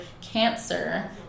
cancer